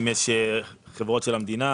אם יש חברות של המדינה,